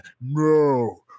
no